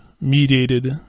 mediated